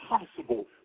impossible